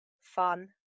Fun